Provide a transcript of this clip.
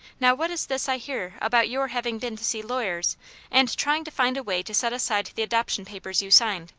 now what is this i hear about your having been to see lawyers and trying to find a way to set aside the adoption papers you signed?